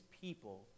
people